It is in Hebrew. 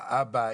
האבא,